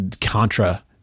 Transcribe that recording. Contra